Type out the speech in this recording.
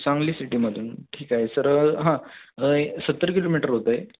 सांगली सिटीमधून ठीक आहे सर हां सत्तर किलोमीटर होत आहे